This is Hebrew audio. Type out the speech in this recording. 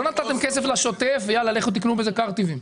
לא נתתם כסף לשוטף ויאללה, לכו תקנו בזה קרטיבים.